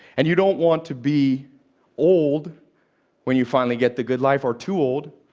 and you don't want to be old when you finally get the good life, or too old.